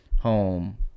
home